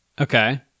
Okay